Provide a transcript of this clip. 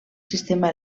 sistema